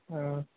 ओ